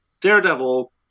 Daredevil